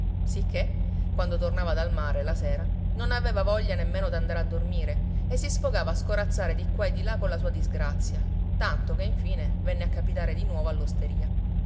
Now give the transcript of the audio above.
sicché quando tornava dal mare la sera non aveva voglia nemmeno d'andare a dormire e si sfogava a scorazzare di qua e di là colla sua disgrazia tanto che infine venne a capitare di nuovo